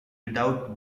without